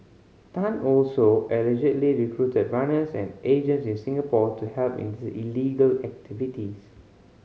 Tan also allegedly recruited runners and agents in Singapore to help in these illegal activities